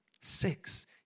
Six